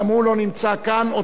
הוא לא נמצא כאן.